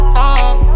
time